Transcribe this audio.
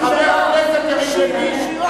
חבר הכנסת יריב לוין,